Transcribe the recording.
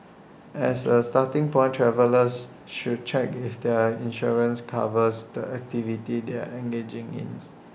as A starting point travellers should check if their insurance covers the activities they are engaging in